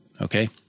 Okay